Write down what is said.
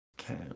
Okay